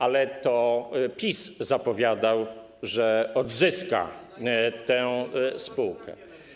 Ale PiS zapowiadał, że odzyska tę spółkę.